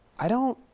i don't,